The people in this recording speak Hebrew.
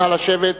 נא לשבת.